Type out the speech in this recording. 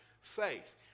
faith